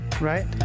Right